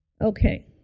Okay